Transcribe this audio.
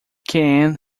caan